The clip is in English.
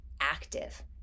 active